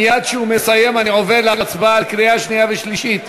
מייד כשהוא מסיים אני עובר להצבעה בקריאה שנייה ושלישית.